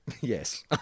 Yes